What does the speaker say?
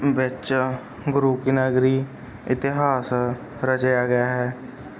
ਵਿੱਚ ਗੁਰੂ ਕੀ ਨਗਰੀ ਇਤਿਹਾਸ ਰਚਿਆ ਗਿਆ ਹੈ